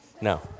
no